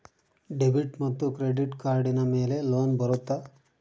Debit ಮತ್ತು credit ಕಾರ್ಡಿನ ಮೇಲೆ ಲೋನ್ ಬರುತ್ತಾ?